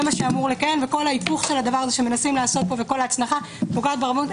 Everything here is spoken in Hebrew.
וכל ההיפוך של הדבר הזה שמנסים לעשות פה וההצנחה פוגעת ברבנות.